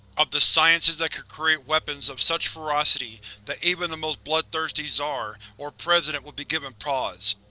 of the sciences that could create weapons of such ferocity that even the most bloodthirsty tsar or president would be given pause.